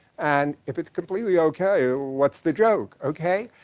and if it's completely okay, what's the joke? okay?